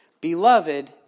Beloved